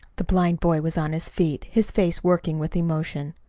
the blind boy was on his feet, his face working with emotion.